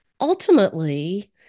Ultimately